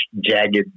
jagged